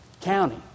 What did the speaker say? county